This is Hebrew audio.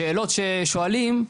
השאלות ששואלים,